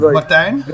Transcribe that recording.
Martijn